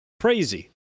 Crazy